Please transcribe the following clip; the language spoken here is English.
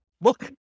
look